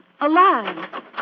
alive